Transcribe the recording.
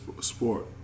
sport